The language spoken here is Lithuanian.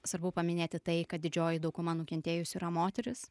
svarbu paminėti tai kad didžioji dauguma nukentėjusių yra moterys